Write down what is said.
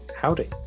Howdy